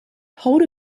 hold